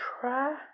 try